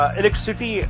electricity